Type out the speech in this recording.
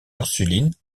ursulines